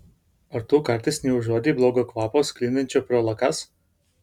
ar tu kartais neužuodei blogo kvapo sklindančio pro lakas